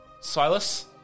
Silas